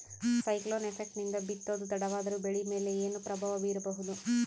Cyclone effect ನಿಂದ ಬಿತ್ತೋದು ತಡವಾದರೂ ಬೆಳಿ ಮೇಲೆ ಏನು ಪ್ರಭಾವ ಬೀರಬಹುದು?